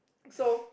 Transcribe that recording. so